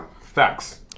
Facts